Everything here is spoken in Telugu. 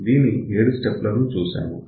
దీని 7 స్టెప్ లను చూశాము